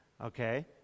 Okay